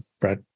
Brett